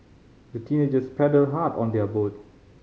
the teenagers paddled hard on their boat